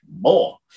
more